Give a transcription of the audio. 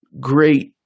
great